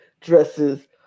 dresses